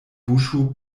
buŝo